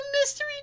mystery